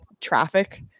traffic